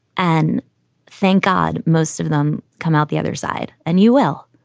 and thank god most of them come out the other side. and you well,